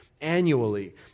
annually